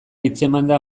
hitzemanda